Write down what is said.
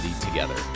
together